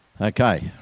Okay